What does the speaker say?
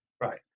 Right